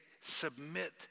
submit